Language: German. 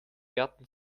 gatten